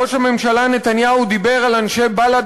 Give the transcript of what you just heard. ראש הממשלה נתניהו דיבר על אנשי בל"ד